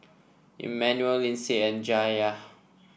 Emmanuel Lindsay and Jayla